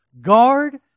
Guard